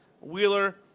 Wheeler